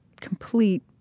complete